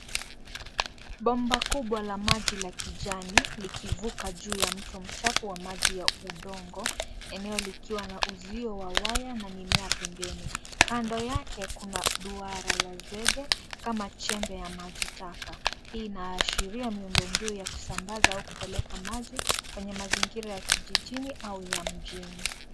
Bomba kubwa la maji la kijani likivuka juu ya mto mchafu wa maji ya udongo eneo likiwa na uzio wa waya na mimea pembeni. Kando yake kuna duara zege kama chembe ya maji. Taka hii inaashiria miundombinu ya kusambaza au kupeleka maji kwenye mazingira ya kijijini au ya mjini.